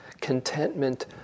Contentment